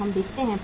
तो हम देखते हैं